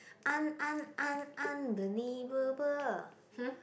un~ un~ un~ unbelievable